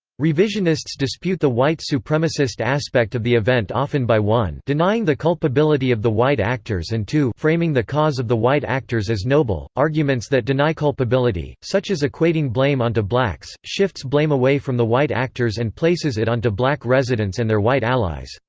revisionists dispute the white supremacist aspect of the event often by one denying the culpability of the white actors and two framing the cause of the white actors as noble arguments that deny culpability, such as equating blame onto blacks, shifts blame away from the white actors and places it onto black residents and their white allies.